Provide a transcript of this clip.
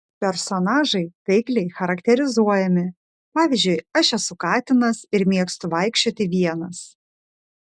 personažai taikliai charakterizuojami pavyzdžiui aš esu katinas ir mėgstu vaikščioti vienas